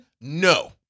No